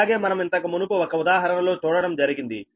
ఇలాగే మనం ఇంతకు మునుపు ఒక ఉదాహరణ లో చూడడం జరిగింది